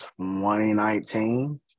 2019